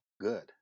good